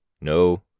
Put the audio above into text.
No